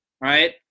right